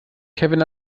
kevin